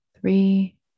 three